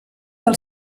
del